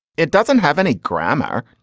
it doesn't have any grammar.